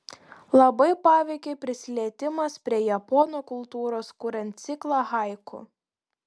labai paveikė prisilietimas prie japonų kultūros kuriant ciklą haiku